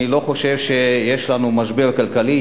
אני לא חושב שיש לנו משבר כלכלי.